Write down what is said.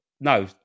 No